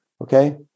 Okay